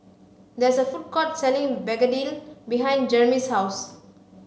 there is a food court selling begedil behind Jermey's house